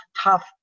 tough